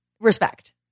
Respect